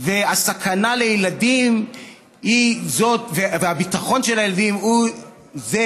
והסכנה לילדים והביטחון של הילדים הם אלה